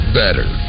better